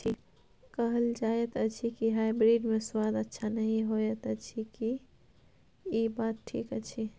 कहल जायत अछि की हाइब्रिड मे स्वाद अच्छा नही होयत अछि, की इ बात ठीक अछि?